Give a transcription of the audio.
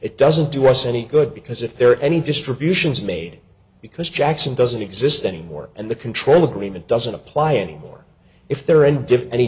it doesn't do us any good because if there are any distributions made because jackson doesn't exist anymore and the control agreement doesn't apply anymore if they're in